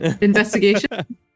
Investigation